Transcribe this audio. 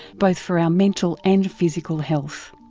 both for our mental and physical health.